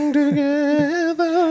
together